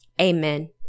Amen